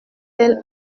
elle